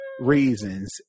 reasons